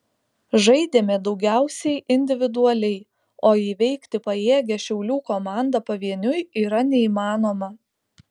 žaidėme daugiausiai individualiai o įveikti pajėgią šiaulių komandą pavieniui yra neįmanoma